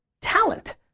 talent